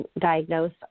diagnose